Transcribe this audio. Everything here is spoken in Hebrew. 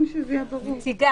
בבקשה.